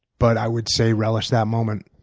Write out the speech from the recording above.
but i would say relish that moment.